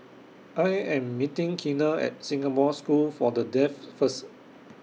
I Am meeting Keena At Singapore School For The Deaf First